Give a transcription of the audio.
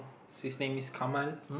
his name is Kamal